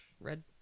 red